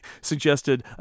suggested